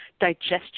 digestion